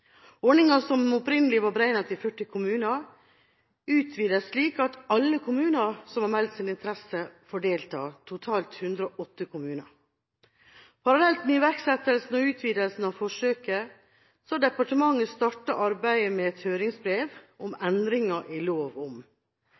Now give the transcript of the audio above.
Ordninga som opprinnelig var begrenset til 40 kommuner, utvides, slik at alle kommuner som har meldt sin interesse, får delta, totalt 108 kommuner. Parallelt med iverksettelsen og utvidelsen av forsøket har departementet startet arbeidet med et høringsbrev om endringer i